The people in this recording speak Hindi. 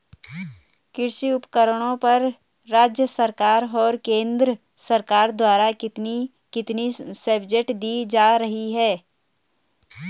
कृषि उपकरणों पर राज्य सरकार और केंद्र सरकार द्वारा कितनी कितनी सब्सिडी दी जा रही है?